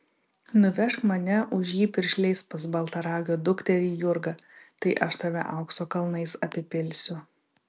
nuvežk mane už jį piršliais pas baltaragio dukterį jurgą tai aš tave aukso kalnais apipilsiu